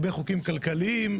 הרבה חוקים כלכליים.